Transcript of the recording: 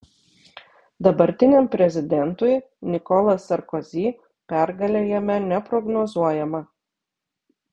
dabartiniam prezidentui nicolas sarkozy pergalė jame neprognozuojama